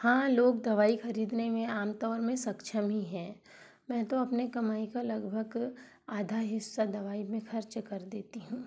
हाँ लोग दवाई खरीदने में आम तौर में सक्षम ही है मैं तो अपने कमाई का लगभग आधा हिस्सा दवाई में खर्च कर देती हूँ